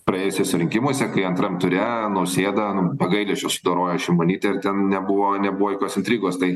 praėjusiuose rinkimuose kai antram ture nausėda nu be gailesčio sudorojo šimonytę ir ten nebuvo nebuvo jokios intrigos tai